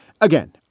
Again